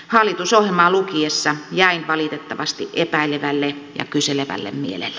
hallitusohjelmaa lukiessa jäin valitettavasti epäilevälle ja kyselevälle mielelle